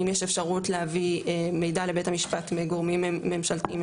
האם יש אפשרות להביא מידע לבית המשפט מגורמים ממשלתיים,